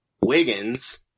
Wiggins